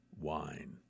wine